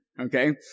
Okay